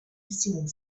hissing